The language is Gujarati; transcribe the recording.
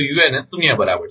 unn શૂન્ય બરાબર છે